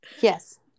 Yes